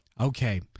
Okay